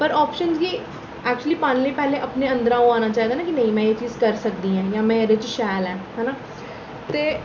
पर आप्शन गी ऐक्चुअली पाने आस्तै पैह्लें अपने अंदर दा एह् औना चाहिदा कि नेईं में एह् चीज करी सकदी आं जां में एह्दे च शैल आं है ना ते